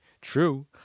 true